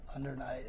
Undernight